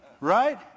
right